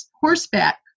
horseback